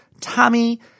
Tommy